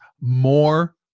more